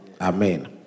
Amen